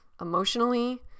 Emotionally